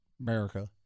America